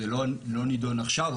זה לא נדון עכשיו,